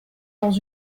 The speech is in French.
dans